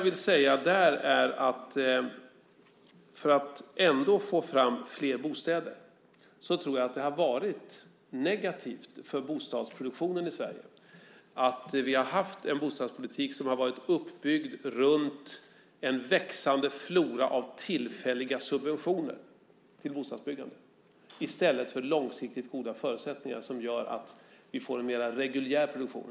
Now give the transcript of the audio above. För att få fram fler bostäder tror jag att det har varit negativt för bostadsproduktionen i Sverige att vi har haft en bostadspolitik som har varit uppbyggd runt en växande flora av tillfälliga subventioner till bostadsbyggande i stället för långsiktigt goda förutsättningar som gör att vi får en mera reguljär produktion.